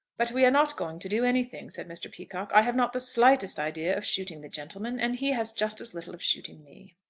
but we are not going to do anything, said mr. peacocke. i have not the slightest idea of shooting the gentleman and he has just as little of shooting me.